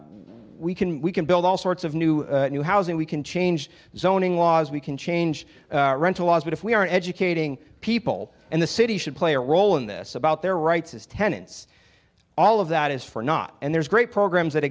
we can we can build all sorts of new new housing we can change zoning laws we can change rental laws but if we are educating people and the city should play a role in this about their rights as tenants all of that is for not and there's great programs that